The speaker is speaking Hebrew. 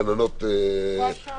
גננות וכן הלאה.